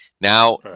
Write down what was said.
Now